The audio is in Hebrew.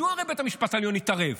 הרי מדוע בית המשפט העליון התערב?